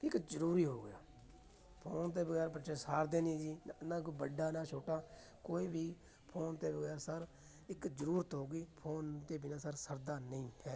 ਇੱਕ ਜ਼ਰੂਰੀ ਹੋ ਗਿਆ ਫੋਨ ਤੋਂ ਬਗੈਰ ਬੱਚੇ ਸਾਰਦੇ ਨਹੀਂ ਜੀ ਨਾ ਨਾ ਕੋਈ ਵੱਡਾ ਨਾ ਛੋਟਾ ਕੋਈ ਵੀ ਫੋਨ ਤੋਂ ਬਗੈਰ ਸਰ ਇੱਕ ਜ਼ਰੂਰਤ ਹੋ ਗਈ ਫੋਨ ਤੋਂ ਬਿਨਾ ਸਰ ਸਰਦਾ ਨਹੀਂ ਹੈ